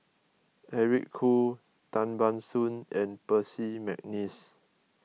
Eric Khoo Tan Ban Soon and Percy McNeice